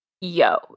yo